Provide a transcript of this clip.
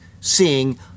Seeing